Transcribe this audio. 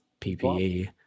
ppe